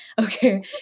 okay